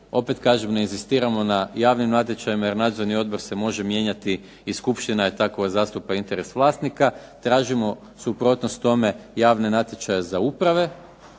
Opet kažem ne inzistiramo na javnim natječajima, jer nadzorni odbor se može mijenjati i skupština je ta koja zastupa interes vlasnika. Tražimo suprotnost tome javne natječaje za uprave